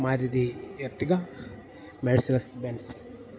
Maruti Ertiga Mercedes Benz